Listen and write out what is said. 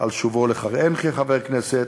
על שובו לכהן כחבר הכנסת,